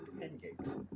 pancakes